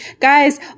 Guys